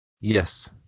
Yes